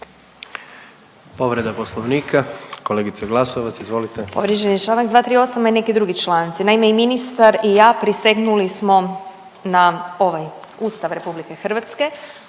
povreda Poslovnika. Kolega Bulj izvolite.